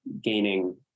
gaining